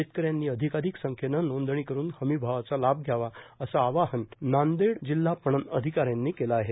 शेतकऱ्यांनी अधिकाधिक संख्येनं नोंदणी करून हमीभावाचा लाभ घ्यावा असं आवाहन नांदेड जिल्हा पणन अधिकाऱ्यांनी केलं आहे